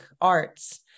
arts